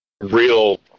real